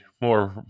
more